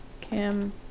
Kim